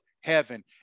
heaven